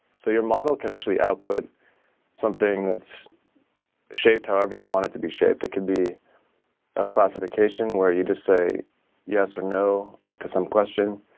so your model can actually output something that's shaped however you want it to be shaped. it could be a classification where you just say yes or no to some question,